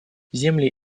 земли